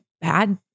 bad